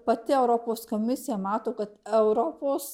pati europos komisija mato kad europos